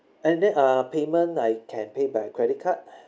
and then uh payment I can pay by credit card